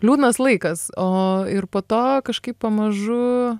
liūdnas laikas o ir po to kažkaip pamažu